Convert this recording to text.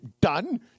done